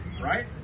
right